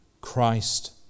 Christ